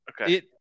Okay